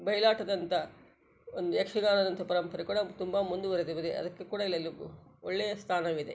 ಬಯಲಾಟದಂಥ ಒಂದು ಯಕ್ಷಗಾನದಂಥ ಪರಂಪರೆ ಕೂಡ ತುಂಬ ಮುಂದುವರೆದಿದೆ ಅದಕ್ಕೆ ಕೂಡ ಇಲ್ಲೆಲ್ಲರ್ಗು ಒಳ್ಳೆಯ ಸ್ಥಾನವಿದೆ